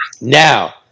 Now